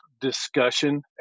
discussion